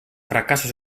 fracassos